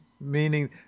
meaning